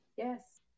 Yes